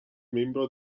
membro